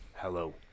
hello